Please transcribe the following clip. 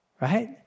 Right